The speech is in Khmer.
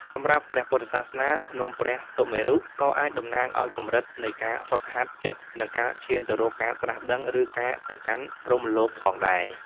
សម្រាប់ព្រះពុទ្ធសាសនា ភ្នំព្រះសុមេរុក៏អាចតំណាងឱ្យកម្រិតនៃការហ្វឹកហាត់ចិត្ត និងការឈានទៅរកការត្រាស់ដឹង ឬការទៅកាន់ព្រហ្មលោកផងដែរ។